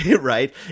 right